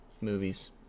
movies